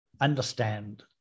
understand